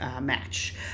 match